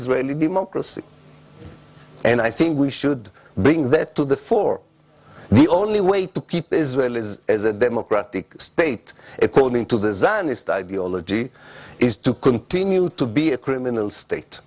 really democracy and i think we should bring that to the fore the only way to keep israel is as a democratic state according to the zionist ideology is to continue to be a criminal state